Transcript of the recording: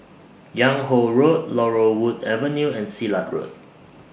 Yung Ho Road Laurel Wood Avenue and Silat Road